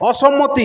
অসম্মতি